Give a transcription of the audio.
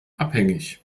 abhängig